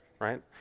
right